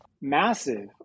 massive